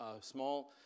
small